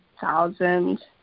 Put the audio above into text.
thousand